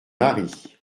maris